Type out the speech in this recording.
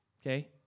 okay